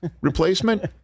replacement